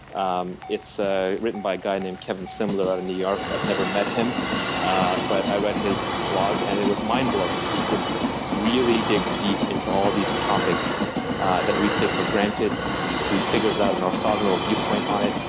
um it's ah written by a guy named kevin simler out of new york. i've never met him but i read his blog and it was mind blowing. he just really digs deep into all of these topics that we take for granted. he he figures out an orthogonal viewpoint on it.